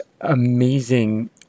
amazing